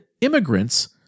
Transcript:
immigrants